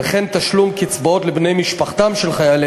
וכן תשלום קצבאות לבני משפחתם של חיילי